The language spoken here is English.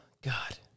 God